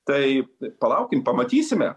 tai palaukim pamatysime